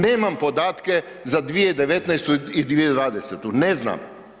Nemam podatke za 2019. i 2020., ne znam.